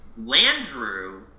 Landrew